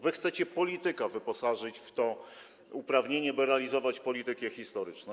Wy chcecie polityka wyposażyć w to uprawnienie, by realizować politykę historyczną.